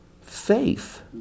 faith